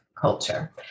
culture